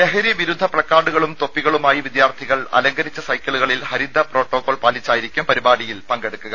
ലഹരി വിരുദ്ധ പ്പക്കാർഡുകളും തൊപ്പികളുമായി വിദ്യാർത്ഥികൾ അലങ്കരിച്ച സൈക്കിളുകളിൽ ഹരിത പ്രോട്ടോകോൾ പാലിച്ചായിരിക്കും പരിപാടിയിൽ പങ്കെടുക്കുക